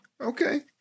Okay